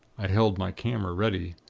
i held my camera ready.